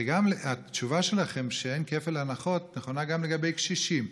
התשובה שלכם שאין כפל הנחות נכונה גם לגבי קשישים.